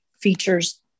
features